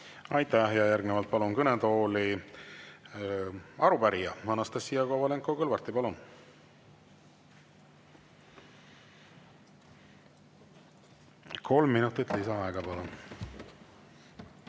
Aitäh! Järgnevalt palun kõnetooli arupärija Anastassia Kovalenko-Kõlvarti. Palun! Kolm minutit lisaaega, palun!